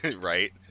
Right